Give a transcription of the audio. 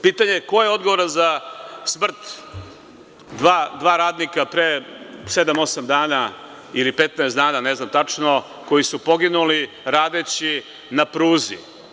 Pitanje je ko je odgovoran za smrt dva radnika pre sedam-osam dana, ili 15 dana, ne znam tačno, koji su poginuli radeći na pruzi?